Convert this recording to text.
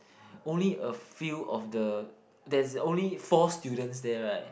only a few of the there's only four students there [right]